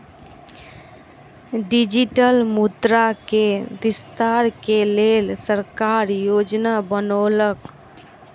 digital मुद्रा के विस्तार के लेल सरकार योजना बनौलक